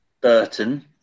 Burton